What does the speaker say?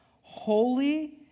Holy